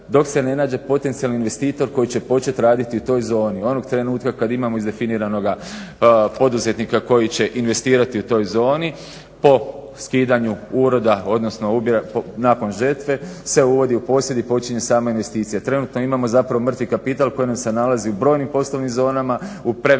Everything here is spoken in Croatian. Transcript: dok se ne nađe potencijalni investitor koji će početi raditi u toj zoni. Onog trenutka kad imamo izdefiniranoga poduzetnika koji će investirati u toj zoni po skidanju uroda odnosno ubira nakon žetve se uvodi u posjed i počinje sama investicija. Trenutno imamo zapravo mrtvi kapital koji se nalazi u brojnim poslovnim zonama u prevelikim